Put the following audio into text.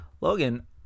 Logan